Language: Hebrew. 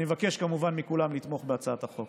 אני מבקש כמובן מכולם לתמוך בהצעת החוק.